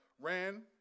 ran